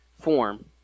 form